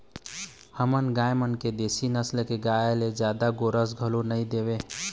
हमर गाय मन ह देशी नसल के गाय हे जादा गोरस घलोक नइ देवय